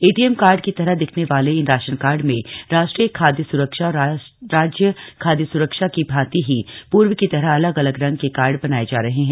ATM card की तरह दिखने वाले इन राशन कार्ड में राष्ट्रीय खाद्य सुरक्षा और राज्य खाद्य सुरक्षा की भांति ही पूर्व की तरह अलग अलग रंग के कार्ड बनाये जा रहे है